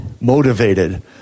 motivated